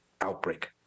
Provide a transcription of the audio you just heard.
outbreak